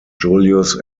julius